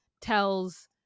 tells